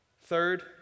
Third